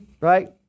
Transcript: right